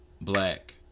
black